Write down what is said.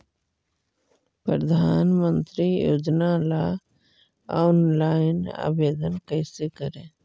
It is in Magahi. प्रधानमंत्री योजना ला ऑनलाइन आवेदन कैसे करे?